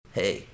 Hey